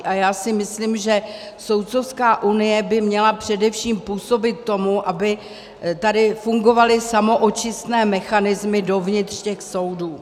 A já si myslím, že Soudcovská unie by měla především působit k tomu, aby tady fungovaly samoočistné mechanismy dovnitř těch soudů.